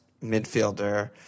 midfielder